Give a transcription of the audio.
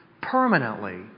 permanently